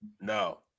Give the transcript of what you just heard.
No